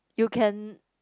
you can